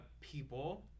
people